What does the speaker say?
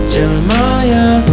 Jeremiah